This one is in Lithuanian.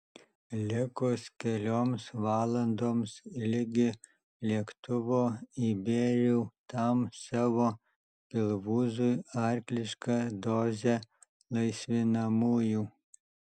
likus kelioms valandoms ligi lėktuvo įbėriau tam savo pilvūzui arklišką dozę laisvinamųjų